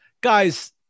guys